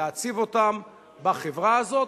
להציב אותם בחברה הזאת,